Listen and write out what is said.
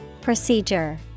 Procedure